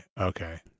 Okay